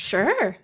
Sure